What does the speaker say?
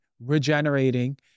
regenerating